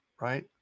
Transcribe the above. right